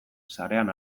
sarean